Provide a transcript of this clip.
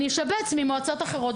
אני אשבץ ממועצות אחרות.